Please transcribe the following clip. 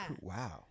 Wow